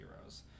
heroes